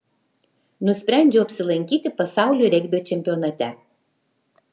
nusprendžiau apsilankyti pasaulio regbio čempionate